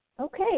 Okay